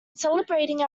celebrating